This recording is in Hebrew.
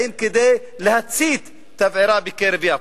באים כדי להצית תבערה בתוך יפו.